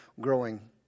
growing